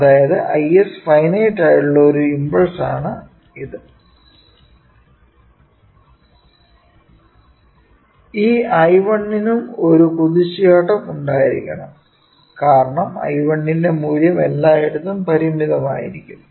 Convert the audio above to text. അതായതു Is finite ആയിട്ടുള്ള ഒരു ഇമ്പൾസ് ആണ് ഇത് ഈ I1 നും ഒരു കുതിച്ചുചാട്ടം ഉണ്ടായിരിക്കണം കാരണം I1 ന്റെ മൂല്യം എല്ലായിടത്തും പരിമിതമായിരിക്കും